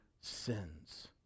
sins